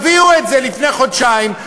הייתם מביאים את זה לפני חודשיים.